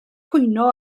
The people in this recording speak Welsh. cwyno